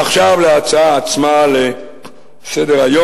עכשיו להצעה עצמה, לסדר-היום.